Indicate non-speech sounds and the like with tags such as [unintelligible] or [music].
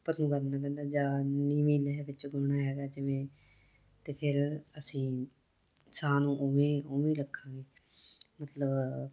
[unintelligible] ਜਾਂ ਨੀਵੀ ਲੈਅ ਵਿੱਚ ਗਾਉਣਾ ਹੈਗਾ ਜਿਵੇਂ ਅਤੇ ਫਿਰ ਅਸੀਂ ਸਾਹ ਨੂੰ ਉਵੇਂ ਉਵੇਂ ਹੀ ਰੱਖਾਂਗੇ ਮਤਲਬ